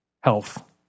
health